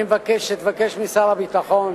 אני מבקש שתבקש משר הביטחון